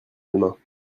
demain